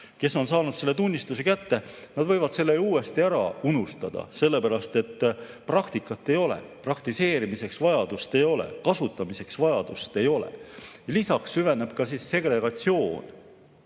keele omandamise tunnistuse kätte, võivad keele uuesti ära unustada, sellepärast et praktikat ei ole, praktiseerimiseks vajadust ei ole, kasutamiseks vajadust ei ole. Lisaks süveneb segregatsioon.